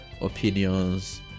opinions